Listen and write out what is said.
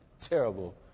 terrible